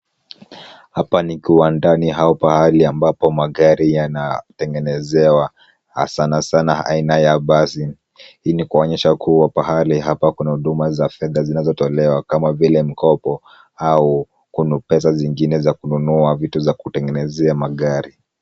Hapa ni kiwandani au pahali ambapo magari yanatengenezewa sana sana aina ya basi. Hii ni kuonyesha kuwa pahali hapa kuna huduma za fedha zinazotolewa kama vile mkopo au pesa zingine za kununua vitu za kutengenezea magari.